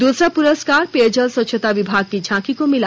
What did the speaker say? दूसरा पुरस्कार पेयजल स्वच्छता विभाग की झांकी को मिला